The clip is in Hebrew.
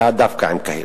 היה דווקא עם קהיר.